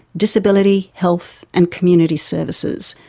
disability, health and community services.